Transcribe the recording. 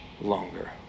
longer